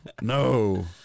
No